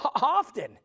often